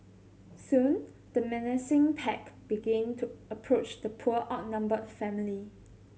soon the menacing pack began to approach the poor outnumbered family